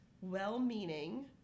well-meaning